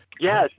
Yes